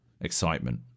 excitement